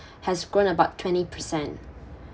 has grown about twenty percent